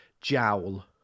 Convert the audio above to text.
Jowl